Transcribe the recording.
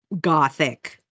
gothic